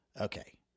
okay